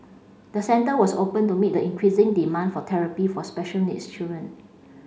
the centre was opened to meet the increasing demand for therapy for special needs children